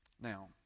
Now